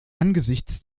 angesichts